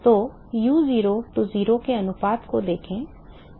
तो u0 to 0 के अनुपात को देखें